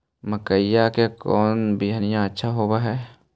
मकईया के कौन बियाह अच्छा होव है?